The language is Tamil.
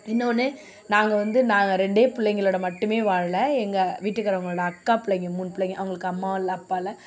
இன்னொன்று நாங்கள் வந்து நாங்கள் ரெண்டே பிள்ளைங்களோட மட்டுமே வாழல எங்க வீட்டுகாரங்களோட அக்கா பிள்ளைங்க மூணு பிள்ளைங்க அவங்களுக்கு அம்மாவும் இல்லை அப்பாவும் இல்லை